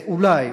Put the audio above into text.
ואולי,